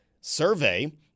survey